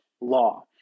law